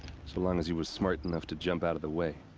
so long as you were smart enough to jump out of the way.